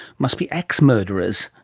must be axe murderers,